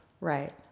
Right